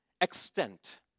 extent